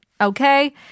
Okay